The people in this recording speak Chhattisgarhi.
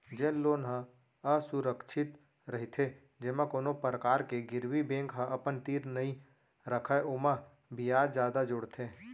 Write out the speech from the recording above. जेन लोन ह असुरक्छित रहिथे जेमा कोनो परकार के गिरवी बेंक ह अपन तीर नइ रखय ओमा बियाज जादा जोड़थे